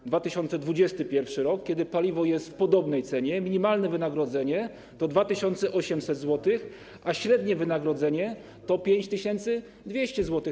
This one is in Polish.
W 2021 r., kiedy paliwo jest w podobnej cenie, minimalne wynagrodzenie to 2800 zł, a średnie wynagrodzenie to 5200 zł.